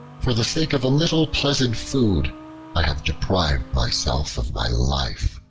for the sake of a little pleasant food i have deprived myself of my life.